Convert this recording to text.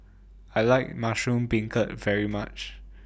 I like Mushroom Beancurd very much